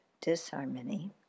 disharmony